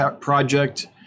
project